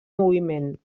moviment